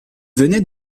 venait